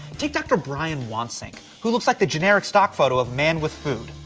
take dr. brian wansink, who looks like the generic stock photo of man with food.